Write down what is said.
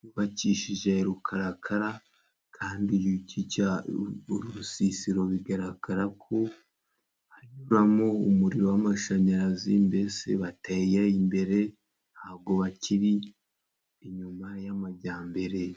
yubakishije rukarakara kandi uru rusisiro bigaragara ko hanyuramo umuriro w'amashanyarazi mbese bateye imbere ntabwo bakiri inyuma y'amajyambere.